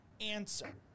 answer